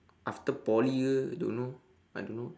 after poly ke don't know I don't know